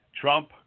Trump